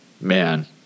man